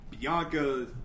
Bianca